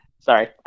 Sorry